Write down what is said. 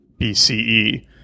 BCE